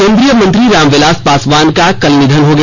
केन्द्रीय मंत्री रामविलास पासवान का कल निधन हो गया